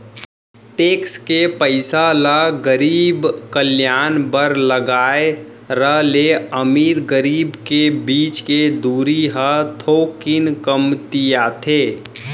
tax के पइसा ल गरीब कल्यान बर लगाए र ले अमीर गरीब के बीच के दूरी ह थोकिन कमतियाथे